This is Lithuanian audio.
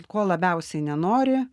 ko labiausiai nenori